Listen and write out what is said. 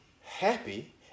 happy